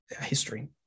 history